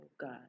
God